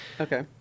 Okay